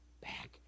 back